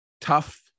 tough